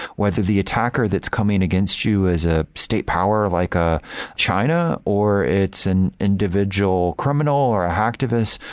whether the attacker that's coming against you is a state power, like a china or it's an individual criminal, or a hacktivist,